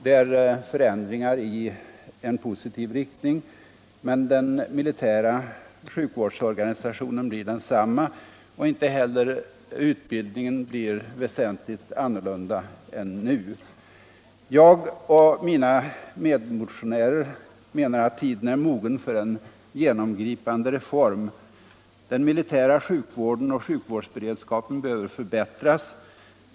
Det är förändringar i en positiv riktning, men den militära sjukvårdsorganisationen blir densamma, och inte heller utbildningen blir väsentligt annorlunda än nu. Jag och mina medmotionärer menar att tiden är mogen för en genomgripande reform. Den militära sjukvården och sjukvårdsberedskapen behöver förbättras.